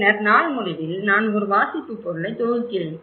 பின்னர் நாள் முடிவில் நான் ஒரு வாசிப்புப் பொருளை தொகுக்கிறேன்